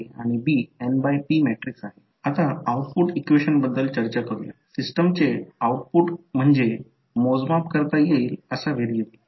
तर आता या कारणामुळे हे circuit mutual inductance voltage generator आहे मी सांगितले आहे की ते रिपीट होईल